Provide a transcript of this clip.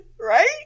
right